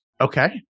Okay